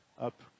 up